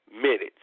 minutes